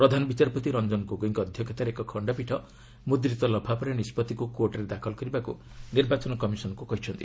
ପ୍ରଧାନ ବିଚାରପତି ରଞ୍ଜନ ଗୋଗୋଇଙ୍କ ଅଧ୍ୟକ୍ଷତାର ଏକ ଖଣ୍ଡପୀଠ ମୁଦ୍ରିତ ଲଫାପାରେ ନିଷ୍କଭିକୁ କୋର୍ଟରେ ଦାଖଲ କରିବାକୁ ନିର୍ବାଚନ କମିଶନ୍ଙ୍କୁ କହିଛନ୍ତି